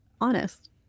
honest